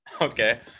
Okay